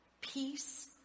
Peace